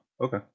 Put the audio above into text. Okay